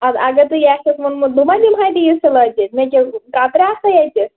اَدٕ اگر ژےٚ یہ آسٮ۪تھ ووٚنمت بہٕ ما دِمہٕ ہاے ییٖزژ سِلٲے تیٚلہِ مےٚ کیٛاہ کترِ آسیٛا ییٚتہِ